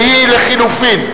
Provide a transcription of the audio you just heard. שהיא לחלופין.